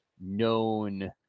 known